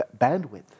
bandwidth